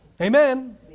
Amen